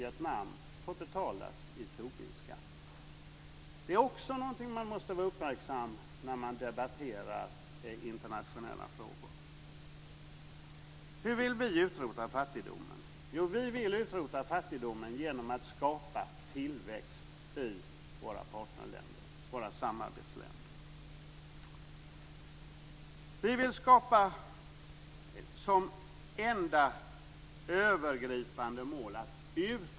Det är också någonting som man måste vara uppmärksam på när man debatterar internationella frågor. Hur vill vi utrota fattigdomen? Jo, vi vill utrota fattigdomen genom att skapa tillväxt i våra partnerländer, våra samarbetsländer.